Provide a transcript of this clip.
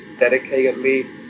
dedicatedly